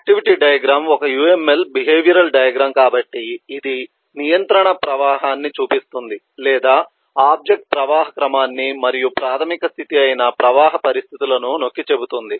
activity diagram ఒక UML behavioural diagram కాబట్టి ఇది నియంత్రణ ప్రవాహాన్ని చూపిస్తుంది లేదా ఆబ్జెక్ట్ ప్రవాహా క్రమాన్ని మరియు ప్రాధమిక స్థితి అయిన ప్రవాహ పరిస్థితులను నొక్కి చెబుతుంది